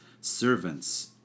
servants